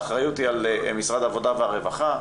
האחריות היא על משרד העבודה והרווחה,